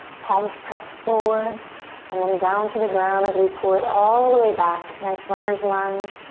palms press forward and then down to the ground as we pull it all the way back. nice runner's lunge.